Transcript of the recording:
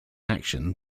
action